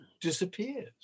disappears